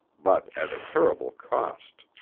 but at a terrible cost.